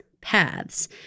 paths